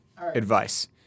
advice